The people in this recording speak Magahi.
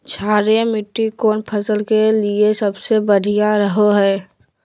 क्षारीय मिट्टी कौन फसल के लिए सबसे बढ़िया रहो हय?